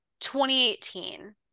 2018